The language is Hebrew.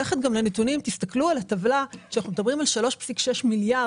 תסתכלו על הטבלה כשאנחנו מדברים על 3,6 מיליארד